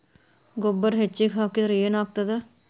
ಗೊಬ್ಬರ ಹೆಚ್ಚಿಗೆ ಹಾಕಿದರೆ ಏನಾಗ್ತದ?